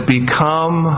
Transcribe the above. Become